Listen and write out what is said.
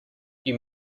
you